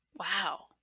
Wow